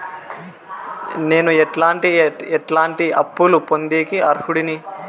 నేను ఎట్లాంటి ఎట్లాంటి అప్పులు పొందేకి అర్హుడిని?